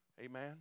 Amen